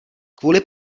kvůli